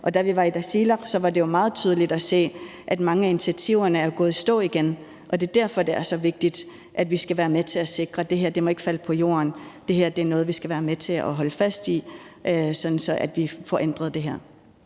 Da vi var i Tasiilaq, var det jo meget tydeligt at se, at mange af initiativerne er gået i stå igen. Det er derfor, det er så vigtigt, at vi er med til at sikre, at det her ikke falder på jorden. Det her er noget, vi skal være med til at holde fast i, sådan at vi får ændret det her.